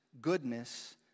goodness